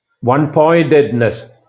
one-pointedness